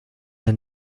and